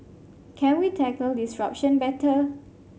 can we tackle disruption better